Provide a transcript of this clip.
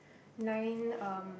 nine um